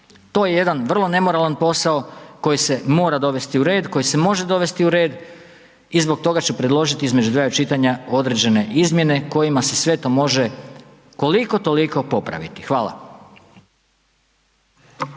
To je jedan vrlo nemoralan posao koji se mora dovesti u red, koji se može dovesti u red i zbog toga ću predložiti između dva čitanja određene izmjene kojima se sve to može koliko, toliko popraviti. Hvala.